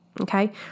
Okay